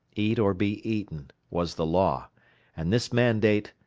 eat or be eaten, was the law and this mandate,